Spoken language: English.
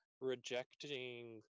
rejecting